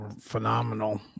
phenomenal